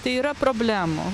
tai yra problemų